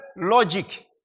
logic